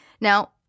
Now